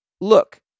look